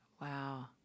Wow